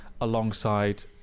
alongside